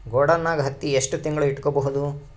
ಗೊಡಾನ ನಾಗ್ ಹತ್ತಿ ಎಷ್ಟು ತಿಂಗಳ ಇಟ್ಕೊ ಬಹುದು?